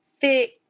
thick